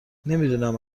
نمیدونم